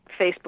Facebook